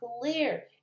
clear